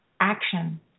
action